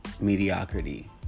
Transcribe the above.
mediocrity